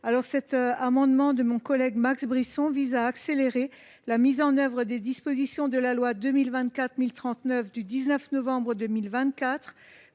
Drexler. Cet amendement de Max Brisson vise à accélérer la mise en œuvre des dispositions de la loi n° 2024 1039 du 19 novembre 2024